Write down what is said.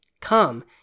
Come